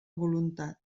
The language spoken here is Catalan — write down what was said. voluntat